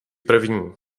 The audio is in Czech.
první